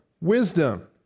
wisdom